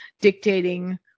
dictating